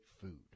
food